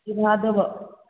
की भाव देबऽ